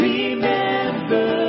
Remember